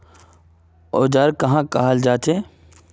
औजार कहाँ का हाल जांचें?